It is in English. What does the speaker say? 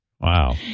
wow